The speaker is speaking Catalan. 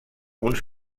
uns